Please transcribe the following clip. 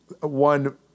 one